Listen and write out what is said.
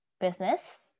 business